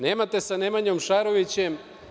Nemate sa Nemanjom Šarovićem.